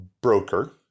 broker